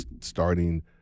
starting